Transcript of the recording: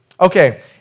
Okay